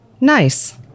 Nice